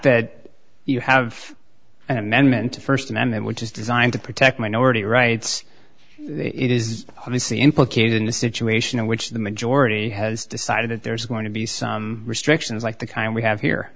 that you have an amendment to the st amendment which is designed to protect minority rights it is obviously implicated in the situation in which the majority has decided that there's going to be some restrictions like the kind we have